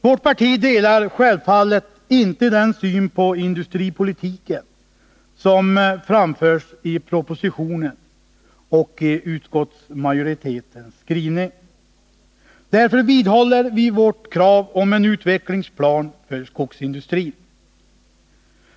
Vårt parti delar självfallet inte den syn på industripolitiken som framförs i propositionen och i utskottsmajoritetens skrivning. Därför vidhåller vi vårt krav på en utvecklingsplan för skogsindustrin.